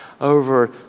over